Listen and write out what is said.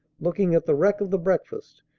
looking at the wreck of the breakfast,